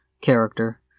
character